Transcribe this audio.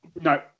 No